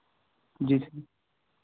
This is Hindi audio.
जी सर